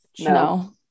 no